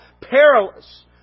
perilous